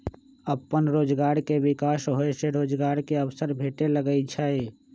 अप्पन रोजगार के विकास होय से रोजगार के अवसर भेटे लगैइ छै